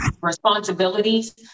responsibilities